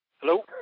Hello